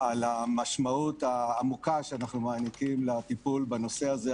על המשמעות העמוקה שאנחנו מעניקים לטיפול בנושא הזה,